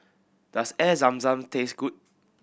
does Air Zam Zam taste good